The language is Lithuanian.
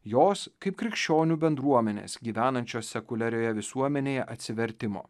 jos kaip krikščionių bendruomenės gyvenančios sekuliarioje visuomenėje atsivertimo